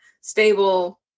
stable